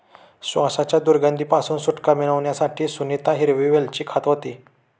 श्वासाच्या दुर्गंधी पासून सुटका मिळवण्यासाठी सुनीता हिरवी वेलची खात होती